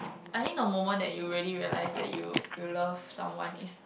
I think the moment that you really realized that you you loved someone is